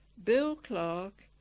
bill clark,